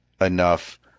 enough